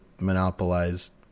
monopolized